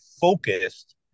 focused